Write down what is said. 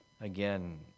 again